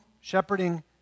shepherding